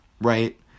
right